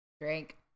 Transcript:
Drink